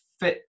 fit